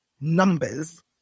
numbers